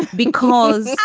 because